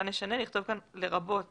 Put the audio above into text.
לרבות